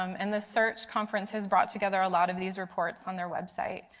um in the search conference has brought together a lot of these reports on their website.